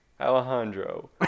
Alejandro